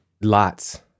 Lots